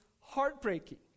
heartbreaking